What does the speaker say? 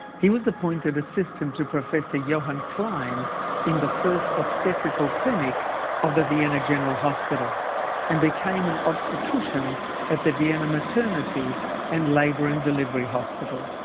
he was appointed assistant to professor johann klein in the first obstetrical clinic of the vienna general hospital and became and obstetrician at the vienna maternity and labour and delivery hospital.